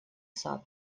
сад